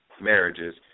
marriages